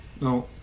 No